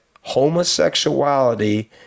homosexuality